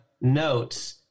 notes